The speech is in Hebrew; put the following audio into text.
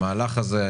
המהלך הזה,